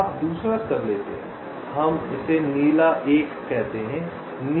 आप दूसरा स्तर लेते हैं हमें नीला 1 कहते हैं